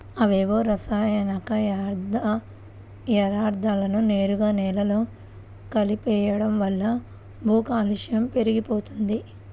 అవేవో రసాయనిక యర్థాలను నేరుగా నేలలో కలిపెయ్యడం వల్ల భూకాలుష్యం పెరిగిపోతంది